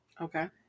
Okay